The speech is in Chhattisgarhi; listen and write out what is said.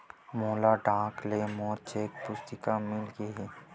मोला डाक ले मोर चेक पुस्तिका मिल गे हे